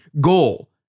goal